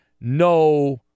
No